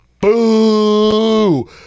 boo